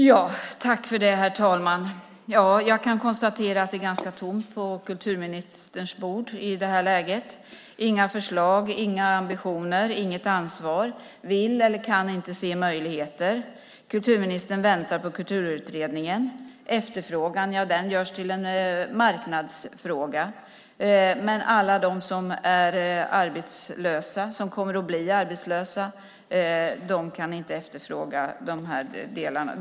Herr talman! Jag kan konstatera att det är ganska tomt på kulturministerns bord i det här läget. Det finns inga förslag, ambitioner, inget ansvar, och man vill eller kan inte se möjligheter. Kulturministern väntar på Kulturutredningen. Efterfrågan görs till en marknadsfråga. Men alla de som är arbetslösa, eller som kommer att bli arbetslösa, kan inte efterfråga dessa delar.